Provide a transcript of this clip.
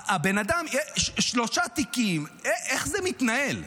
לבן אדם יש שלושה תיקים, איך זה מתנהל?